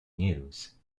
news